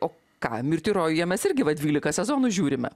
o ką mirti rojuje mes irgi va dvylika sezonų žiūrime